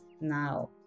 Now